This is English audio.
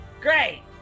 Great